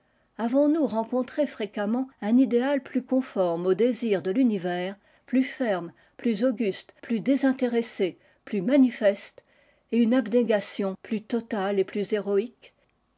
avons-nous rencontré fréquemment un idéal plus conform aux désirs de l'univers plus ferme pk auguste plus désintéressé plus manifeste et une abnégation plus totale et plus héroïque